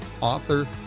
author